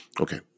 Okay